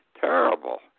Terrible